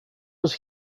was